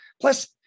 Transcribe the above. Plus